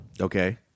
Okay